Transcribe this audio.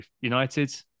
United